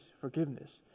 forgiveness